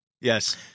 Yes